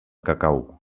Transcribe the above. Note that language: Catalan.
cacau